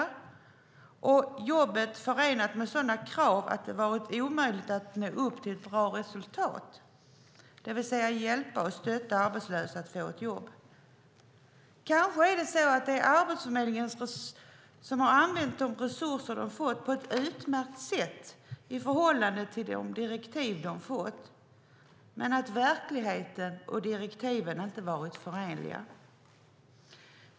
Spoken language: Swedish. Jobbet har också varit förenat med sådana krav att det har varit omöjligt att nå upp till ett bra resultat, det vill säga att hjälpa och stötta arbetslösa till att få ett jobb. Kanske är det Arbetsförmedlingen som har använt de resurser som de har fått på ett utmärkt sätt i förhållande till de direktiv de har fått, men verkligheten och direktiven har inte varit förenliga.